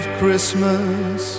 Christmas